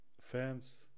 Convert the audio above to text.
fans